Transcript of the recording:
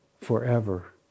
forever